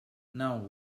now